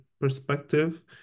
perspective